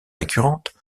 récurrentes